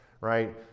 right